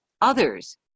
others